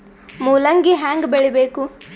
ಮೂಲಂಗಿ ಹ್ಯಾಂಗ ಬೆಳಿಬೇಕು?